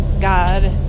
God